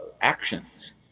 actions